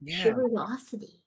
curiosity